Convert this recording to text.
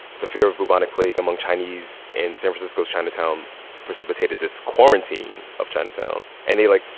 the fear of bubonic plague among chinese in san francisco's chinatown precipitated this quarantine of chinatown. and they, like,